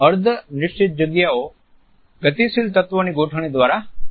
અર્ધ નિશ્ચિત જગ્યાએ ગતિશીલ તત્વોની ગોઠવણી દ્વારા બને છે